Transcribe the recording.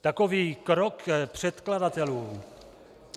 Takový krok předkladatelů